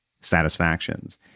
satisfactions